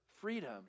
freedom